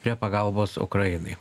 prie pagalbos ukrainai